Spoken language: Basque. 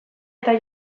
eta